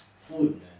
food